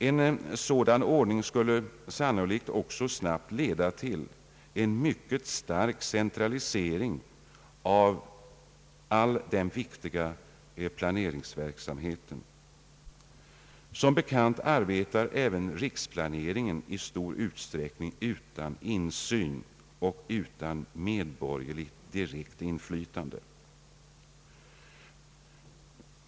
En sådan ordning skulle sannolikt också snabbt leda till en mycket stark centralisering av viktiga planeringsfunktioner. Som bekant arbetar även riksplaneringen i stor utsträckning utan insyn och utan medborgerligt direkt inflytande.